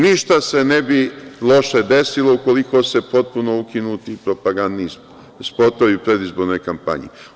Ništa se ne bi loše desilo ukoliko se potpuno ukinu ti propagandni spotovi predizborne kampanje.